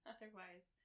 Otherwise